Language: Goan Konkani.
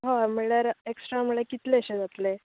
होय म्हळ्यार एक्स्ट्रा म्हळ्यार कितले शे जातले